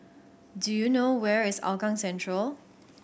do you know where is Hougang Central